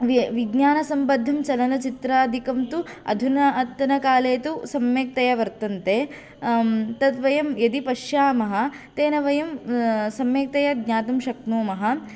व्य विज्ञानसम्बद्धं चलनचित्रादिकंतु तु अधुना अद्यतनकाले तु सम्यक्तया वर्तन्ते तत् वयं यदि पश्यामः तेन वयं सम्यक्तया ज्ञातुं शक्नुमः